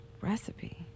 recipe